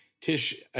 Tish